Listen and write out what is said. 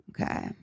Okay